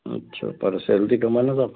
अच्छा पर सैलरी कम है न साब